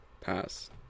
Pass